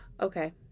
Okay